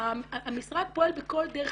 המשרד פועל בכל דרך.